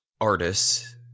artists